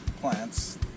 plants